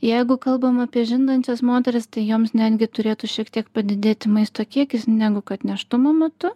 jeigu kalbam apie žindančias moteris joms netgi turėtų šiek tiek padidėti maisto kiekis negu kad nėštumo metu